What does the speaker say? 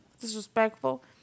disrespectful